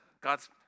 God's